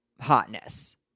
hotness